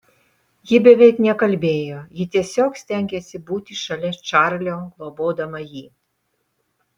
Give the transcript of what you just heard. ji beveik nekalbėjo ji tiesiog stengėsi būti šalia čarlio globodama jį